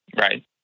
Right